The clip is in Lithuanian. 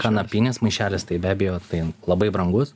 kanapinis maišelis taip be abejo tai labai brangus